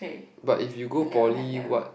but if you go poly what